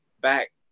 back